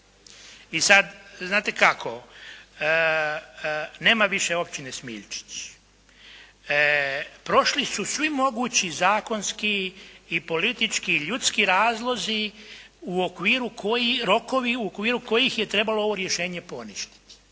I sad znate kako. Nema više Općine Smiljčić. Prošli su svi mogući zakonski i politički i ljudski razlozi u okviru koji, rokovi, u okviru kojih je trebalo ovo rješenje poništiti.